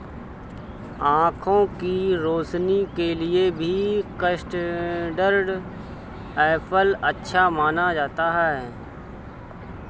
आँखों की रोशनी के लिए भी कस्टर्ड एप्पल अच्छा माना जाता है